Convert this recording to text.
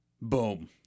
Boom